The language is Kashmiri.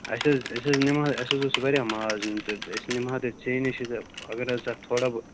اَسہِ حظ أسۍ حظ نِمہٕ ہاو اَسہِ حظ اوس واریاہ ماز نِیُن تہٕ تہٕ أسۍ نِمہٕ ہاو تیٚلہِ ژےٚ نِشی تہٕ اگر حظ ژٕ اَتھ تھوڑا بہت